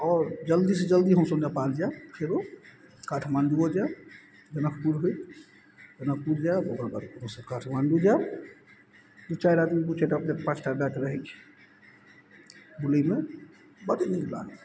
आओर जल्दीसँ जल्दी हमसब नेपाल जायब फेरो काठमाण्डुओ जायब जनकपुर होइत जनकपुर जायब ओकर बाद ओतयसँ काठमाण्डुओ जायब दू चारि आदमी ग्रुप छै तऽ अपने पाँचटा बैच रहय छै बुलयमे बड्ड नीक लागइए